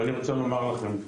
ואני רוצה לומר לכם,